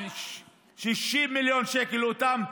100%. 60 מיליון שקל, אותם